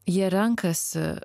jie renkasi